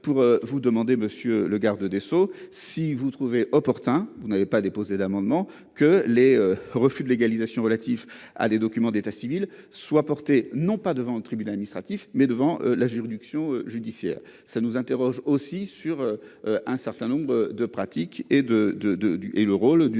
pour vous demander monsieur le garde des Sceaux. Si vous trouvez opportun. Vous n'avez pas déposer d'amendement que les refus de légalisation relatifs à des documents d'état civil soit porté non pas devant une tribune administratif mais devant la juridiction judiciaire ça nous interroge aussi sur. Un certain nombre de pratiques et de de de